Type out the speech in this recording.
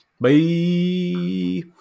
Bye